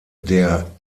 der